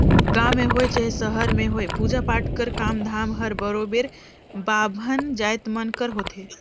गाँव में होए चहे सहर में होए पूजा पाठ कर काम धाम हर बरोबेर बाभन जाएत मन कर होथे